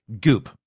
goop